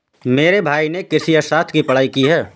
मेरे भाई ने कृषि अर्थशास्त्र की पढ़ाई की है